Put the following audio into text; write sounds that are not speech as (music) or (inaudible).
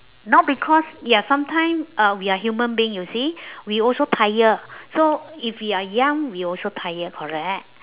now because ya sometimes uh we are human being you see (breath) we also tired so if we are young we also tired correct